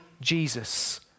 Jesus